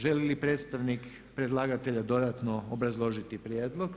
Želi li predstavnik predlagatelja dodatno obrazložiti prijedlog?